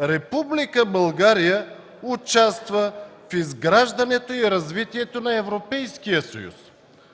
„Република България участва в изграждането и развитието на Европейския съюз”.